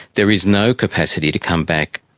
there is no capacity to come back.